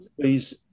please